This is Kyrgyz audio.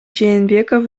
жээнбеков